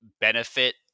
benefit